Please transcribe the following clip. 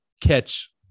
catch